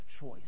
choice